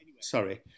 sorry